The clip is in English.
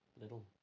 little